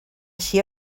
així